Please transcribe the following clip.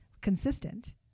consistent